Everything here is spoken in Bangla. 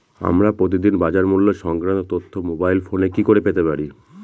আমরা প্রতিদিন বাজার মূল্য সংক্রান্ত তথ্য মোবাইল ফোনে কি করে পেতে পারি?